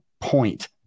point